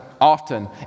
often